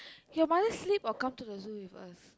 your mother sleep or come to the zoo with us